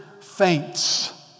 faints